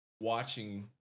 watching